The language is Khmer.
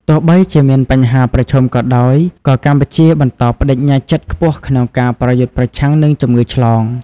ទោះបីជាមានបញ្ហាប្រឈមក៏ដោយ ក៏កម្ពុជាបន្តប្តេជ្ញាចិត្តខ្ពស់ក្នុងការប្រយុទ្ធប្រឆាំងនឹងជំងឺឆ្លង។